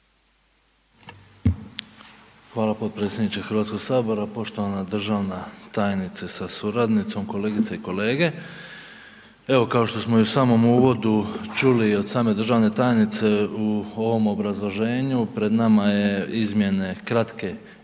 Hvala potpredsjedniče Hrvatskog sabora, poštovan državna tajnice s suradnicom, kolegice i kolege. Evo kao što smo i u samom uvodu čuli od same državne tajnice u ovom obrazloženju, pred nama je izmjene, kratke izmjene